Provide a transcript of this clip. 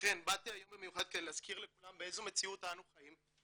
לכן באתי היום במיוחד לכאן להזכיר לכולם באיזו מציאות אנו חיים,